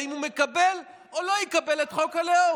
האם הוא יקבל או לא יקבל את חוק הלאום.